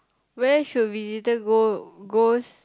where should we later go goes